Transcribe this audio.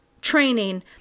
training